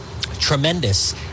tremendous